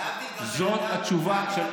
להבדיל מטייס, זאת התשובה.